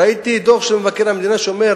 ראיתי דוח של מבקר המדינה שאומר,